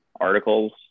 articles